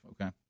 Okay